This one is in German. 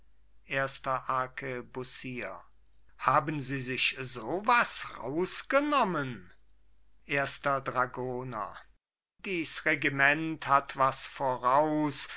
erster arkebusier haben sie sich so was rausgenommen erster dragoner dies regiment hat was voraus